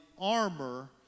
armor